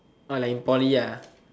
like in poly